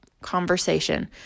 conversation